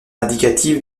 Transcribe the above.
indicatif